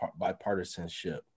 bipartisanship